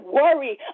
worry